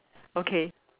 okay